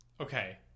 Okay